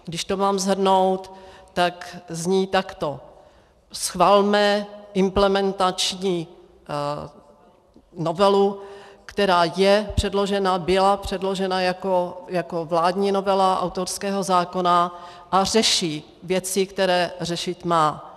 Když to mám shrnout, tak zní takto: Schvalme implementační novelu, která je předložena, byla předložena jako vládní novela autorského zákona a řeší věci, které řešit má.